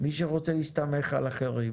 מי שרוצה להסתמך על אחרים